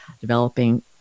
developing